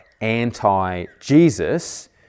anti-Jesus